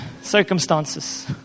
Circumstances